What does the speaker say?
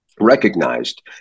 recognized